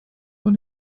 vor